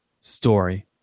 story